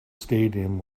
stadium